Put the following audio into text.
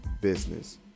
business